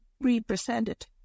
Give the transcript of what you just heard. represented